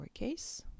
lowercase